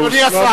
זהו שלב ראשון,